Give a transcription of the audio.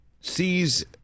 sees